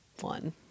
one